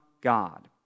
God